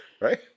Right